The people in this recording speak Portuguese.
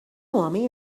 homem